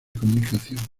comunicación